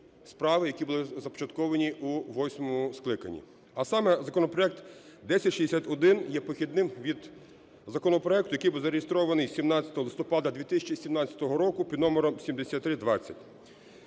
які були започатковані у восьмому скликанні, а саме законопроект 1061 є похідним від законопроекту, який був зареєстрований 17 листопада 2017 року під номером 7320.